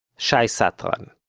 shai satran.